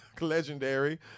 Legendary